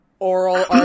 Oral